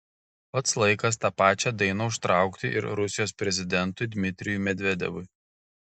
pats laikas tą pačią dainą užtraukti ir rusijos prezidentui dmitrijui medvedevui